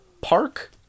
park